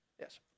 Yes